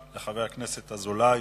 תודה לחבר הכנסת אזולאי,